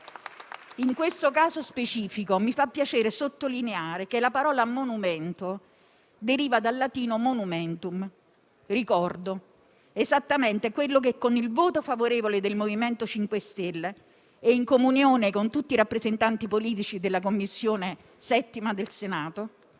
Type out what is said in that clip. in questo caso specifico mi fa piacere sottolineare che la parola monumento deriva dal latino *monumentum*, ovvero "ricordo", esattamente quello che, con il voto favorevole del MoVimento 5 Stelle e in comunione con tutti i rappresentanti politici della 7a Commissione del Senato,